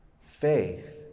Faith